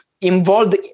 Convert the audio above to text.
involved